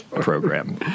program